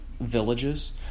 villages